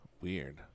Weird